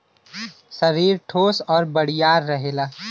सरीर ठोस आउर बड़ियार रहेला